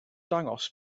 dangos